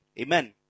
Amen